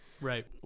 Right